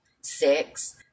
Six